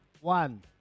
one